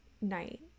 night